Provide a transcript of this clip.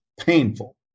painful